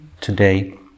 today